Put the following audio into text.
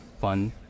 fun